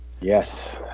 Yes